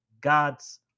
God's